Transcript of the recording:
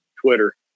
Twitter